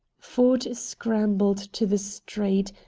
ford scrambled to the street,